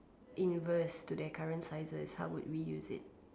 inverse to their current sizes how would we use it